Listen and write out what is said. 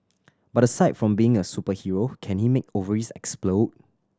but aside from being a superhero can he make ovaries explode